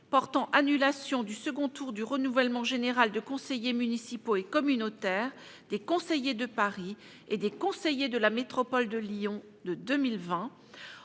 portant annulation du second tour du renouvellement général des conseillers municipaux et communautaires, des conseillers de Paris, et des conseillers de la métropole de Lyon de 2020,